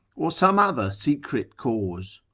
or some other secret cause?